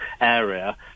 area